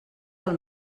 del